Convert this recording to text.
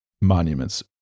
Monuments